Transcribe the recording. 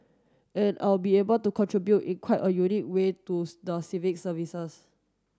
and I'll be able to contribute in quite a unique way to the civic services